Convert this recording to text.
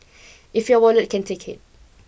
if your wallet can take it